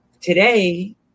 today